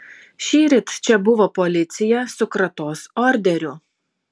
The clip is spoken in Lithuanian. šįryt čia buvo policija su kratos orderiu